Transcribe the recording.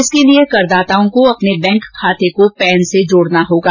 इसके लिए करदाताओं को अपने बैंक खाते को पैन से जोड़ना होगा